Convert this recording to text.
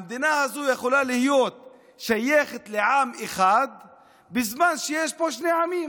המדינה הזאת יכולה להיות שייכת לעם אחד בזמן שיש פה שני עמים,